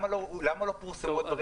יש פה חברת בקרה?